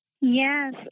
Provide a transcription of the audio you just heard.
Yes